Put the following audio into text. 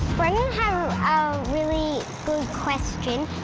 brendan had a really good question.